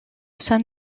sein